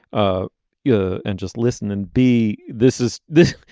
ah yeah and just listen and be this is this.